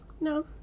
No